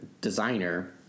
designer